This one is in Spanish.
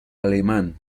alemán